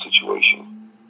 situation